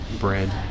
bread